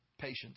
patience